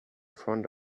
front